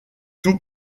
tout